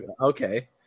Okay